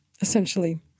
essentially